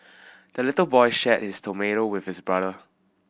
the little boy shared his tomato with his brother